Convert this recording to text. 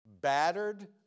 battered